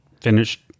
finished-